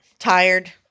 Tired